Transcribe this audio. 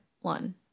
one